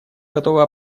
готова